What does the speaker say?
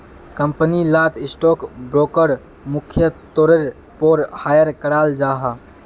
company लात stock broker मुख्य तौरेर पोर हायर कराल जाहा